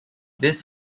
this